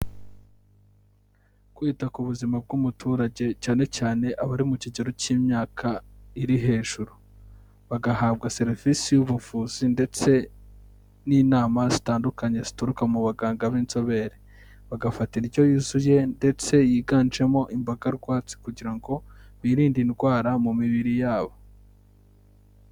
Kwita ku buzima bw'umuturage cyane cyane abari mu kigero cy'imyaka iri hejuru. Bagahabwa serivisi y'ubuvuzi ndetse n'inama zitandukanye zituruka mu baganga b'inzobere. Bagafata indyo yuzuye ndetse yiganjemo imboga rwatsi kugira ngo birinde indwara mu mibiri yabo.